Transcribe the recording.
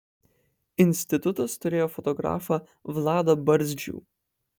institutas turėjo fotografą vladą barzdžių